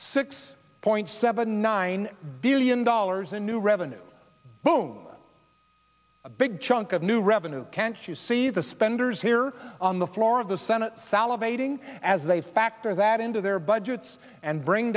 six point seven nine billion dollars in new revenue boon a big chunk of new revenue can't you see the spenders here on the floor of the senate salivating as they factor that into their budgets and bring